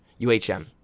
UHM